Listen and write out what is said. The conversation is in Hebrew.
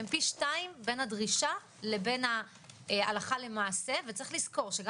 הם פי 2 בין הדרישה לבין ההלכה למעשה וצריך לזכור שגם